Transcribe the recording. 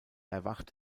erwacht